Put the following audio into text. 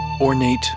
Ornate